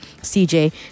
cj